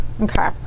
Okay